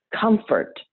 comfort